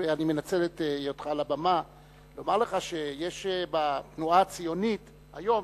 אני מנצל את היותך על הבמה לומר לך שיש בתנועה הציונית היום,